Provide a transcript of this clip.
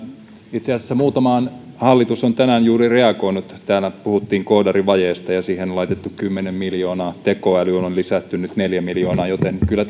itse asiassa muutamaan hallitus on tänään juuri reagoinut täällä puhuttiin koodarivajeesta ja siihen on laitettu kymmenen miljoonaa tekoälyyn on lisätty nyt neljä miljoonaa joten kyllä